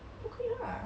不可以 lah